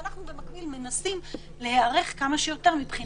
ואנחנו במקביל מנסים להיערך כמה שיותר מבחינת צורכי הציבור.